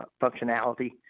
functionality